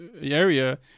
area